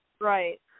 Right